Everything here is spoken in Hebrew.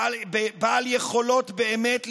בעל יכולות באמת לקבוע,